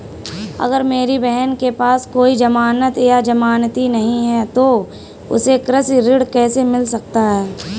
अगर मेरी बहन के पास कोई जमानत या जमानती नहीं है तो उसे कृषि ऋण कैसे मिल सकता है?